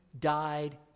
died